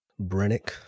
Brennick